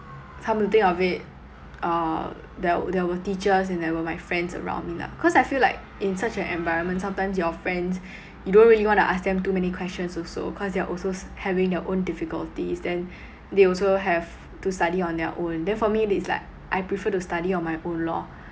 come to think of it uh there we~ there were teachers and there were my friends around me lah cause I feel like in such an environment sometimes your friends you don't really want to ask them too many questions also cause they are also having their own difficulties then they also have to study on their own then for me it's like I prefer to study on my own lor